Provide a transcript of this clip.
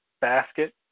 basket